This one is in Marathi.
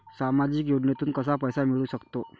सामाजिक योजनेतून कसा पैसा मिळू सकतो?